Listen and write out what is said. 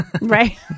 Right